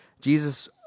Jesus